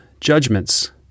judgments